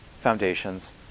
foundations